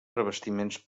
revestiments